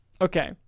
Okay